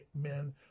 men